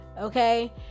Okay